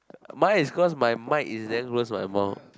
mine is cause my mic is damn close to my mouth